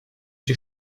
die